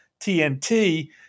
TNT